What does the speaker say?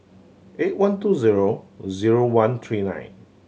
eight one two zero zero one three nine